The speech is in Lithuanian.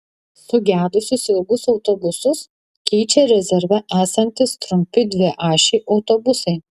sugedusius ilgus autobusus keičia rezerve esantys trumpi dviašiai autobusai